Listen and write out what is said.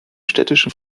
städtischen